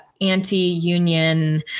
anti-union